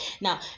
Now